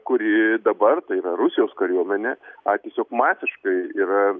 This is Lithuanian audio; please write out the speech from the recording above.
kuri dabar tai yra rusijos kariuomenė a tiesiog masiškai yra